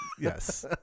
Yes